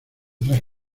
tres